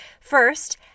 First